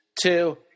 Two